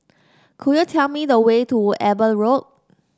could you tell me the way to Eben Road